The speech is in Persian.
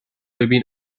ببین